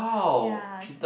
yea